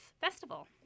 festival